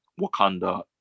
Wakanda